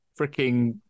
freaking